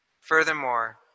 Furthermore